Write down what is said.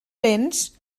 lents